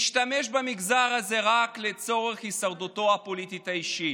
משתמש במגזר הזה רק לצורך הישרדותו הפוליטית האישית.